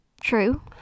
True